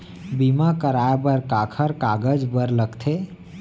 बीमा कराय बर काखर कागज बर लगथे?